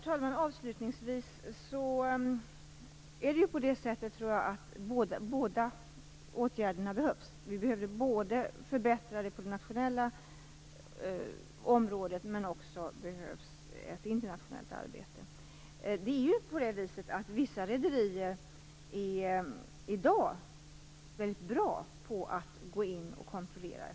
Herr talman! Båda åtgärderna behövs. Vi behöver förbättra arbetet på både det nationella och det internationella området. Vissa rederier är i dag väldigt bra på att gå in och kontrollera.